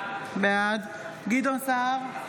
בעד גדעון סער,